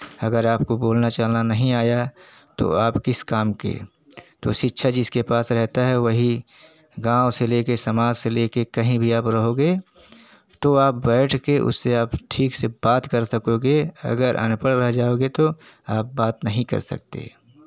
अगर आपको बोलना चलना नहीं आया तो आप किस काम के तो शिक्षा जिसके पास रहता है वही गाँव से लेके समाज से लेके कहीं भी आप रहोगे तो आप बैठ के उससे आप ठीक से बात कर सकोगे अगर अनपढ़ रह जाओगे तो आप बात नहीं कर सकते